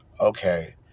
okay